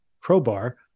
crowbar